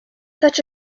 such